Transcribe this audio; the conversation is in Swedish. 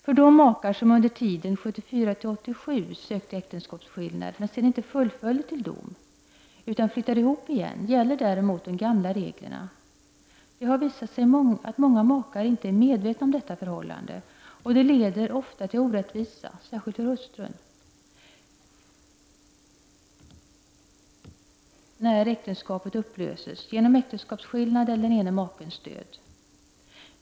För de makar som under tiden 1974 till 1987 sökte äktenskapsskillnad, men sedan inte fullföljde till dom utan flyttade ihop igen, gäller däremot de gamla reglerna. Det har visat sig att många makar inte är medvetna om detta förhållande. Det leder ofta till orättvisa, särskilt för hustrun, när äktenskapet upplöses genom äktenskapsskillnad eller genom ena makens död.